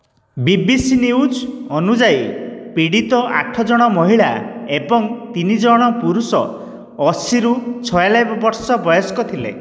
ବି B C news ଅନୁଯାୟୀ ପୀଡ଼ିତ ଆଠ ଜଣ ମହିଳା ଏବଂ ତିନି ଜଣ ପୁରୁଷ ଅଶିରୁ ଛୟାନବେ ବର୍ଷ ବୟସ୍କ ଥିଲେ